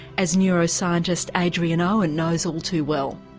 as neuroscientist adrian owen knows all too well.